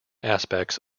aspects